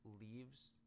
Leaves